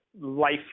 life